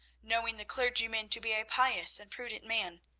knowing the clergyman to be a pious and prudent man,